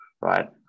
right